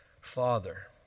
father